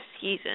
season